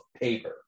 paper